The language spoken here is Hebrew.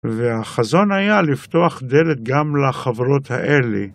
והחזון היה לפתוח דלת גם לחברות האלה.